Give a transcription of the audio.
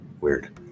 Weird